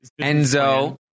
Enzo